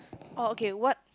oh okay what